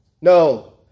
No